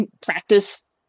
practice